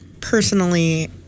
personally